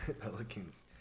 Pelicans